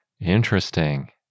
Interesting